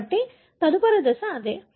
కాబట్టి తదుపరి దశ అదే